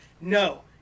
No